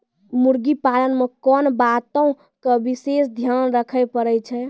मुर्गी पालन मे कोंन बातो के विशेष ध्यान रखे पड़ै छै?